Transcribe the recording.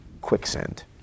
quicksand